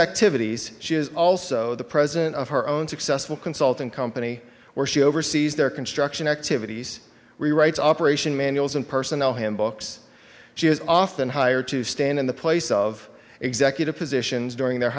activities she is also the president of her own successful consulting company where she oversees their construction activities we write operation manuals and personal hymn books she has often hired to stand in the place of executive positions during their